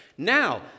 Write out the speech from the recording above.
Now